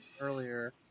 earlier